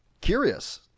curious